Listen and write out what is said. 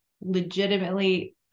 legitimately